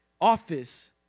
office